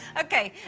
okay.